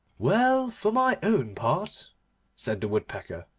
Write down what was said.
well, for my own part said the woodpecker,